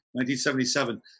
1977